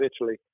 Italy